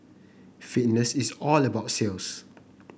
fitness is all about sales